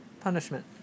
punishment